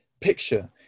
picture